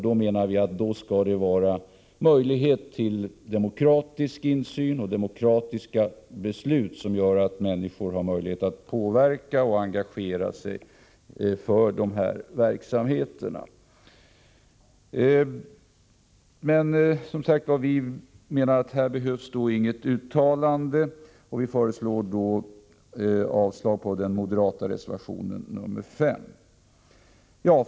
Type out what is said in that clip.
Då menar vi att det skall vara möjlighet till demokratisk insyn och demokratiska beslut som gör att människor kan påverka och engagera sig för de här verksamheterna. Vi anser som sagt att här inte behövs något uttalande, och vi föreslår därför avslag på den moderata reservationen 5.